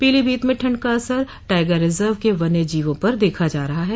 पीलीभीत में ठंड का असर टाइगर रिजर्व के वन्य जीवों पर देखा जा रहा है